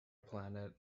planet